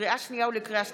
לקריאה שנייה ולקריאה שלישית: